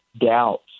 doubts